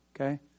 okay